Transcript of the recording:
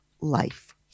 life